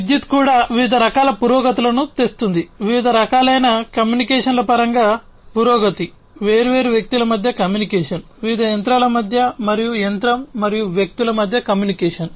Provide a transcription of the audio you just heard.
విద్యుత్తు కూడా వివిధ రకాల పురోగతులను తెస్తుంది వివిధ రకాలైన కమ్యూనికేషన్ల పరంగా పురోగతి వేర్వేరు వ్యక్తుల మధ్య కమ్యూనికేషన్ వివిధ యంత్రాల మధ్య మరియు యంత్రం మరియు వ్యక్తుల మధ్య కమ్యూనికేషన్